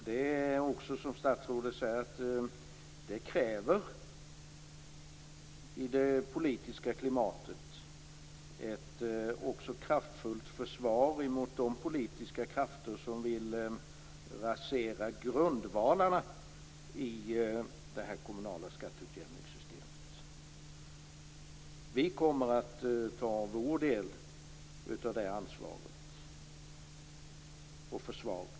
Det är så som statsrådet säger, att det i det nuvarande politiska klimatet krävs ett kraftfullt försvar mot de politiska krafter som vill rasera grundvalarna i det kommunala skatteutjämningssystemet. Vi kommer att ta vår del av det ansvaret och försvaret.